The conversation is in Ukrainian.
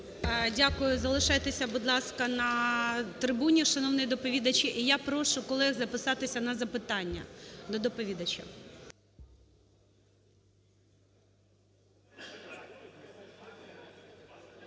Дякую. Залишайтеся, будь ласка, на трибуні, шановний доповідачу. Я прошу колег записатися на запитання до доповідача.